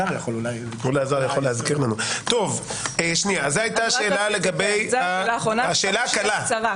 זו הייתה השאלה הקלה והקצרה.